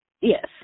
Yes